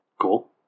Cool